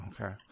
Okay